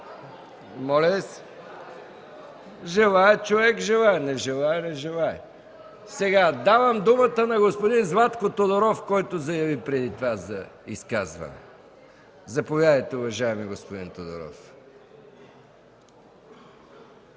Моля Ви се, желае човек – желае, не желае – не желае. Давам думата на господин Златко Тодоров, който заяви преди това желание за изказване. Заповядайте, уважаеми господин Тодоров.